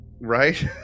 Right